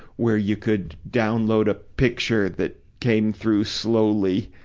where you could download a picture that came through slowly.